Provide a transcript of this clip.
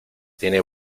tiene